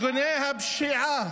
הוא לא נכשל.